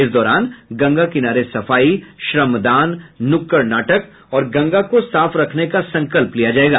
इस दौरान गंगा किनारे सफाई श्रमदान नुक्कड़नाटक और गंगा को साफ रखने का संकल्प लिया जायेगा